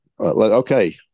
okay